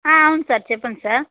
ఆ అవును సర్ చెప్పండి సర్